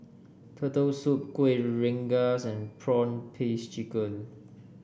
Turtle Soup Kueh Rengas and prawn paste chicken